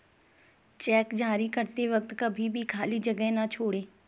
check जारी करते वक्त कभी भी खाली जगह न छोड़ें